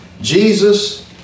Jesus